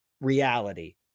reality